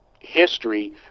history